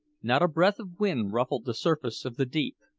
not a breath of wind ruffled the surface of the deep.